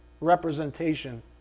representation